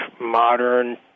modern